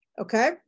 Okay